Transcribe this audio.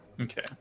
Okay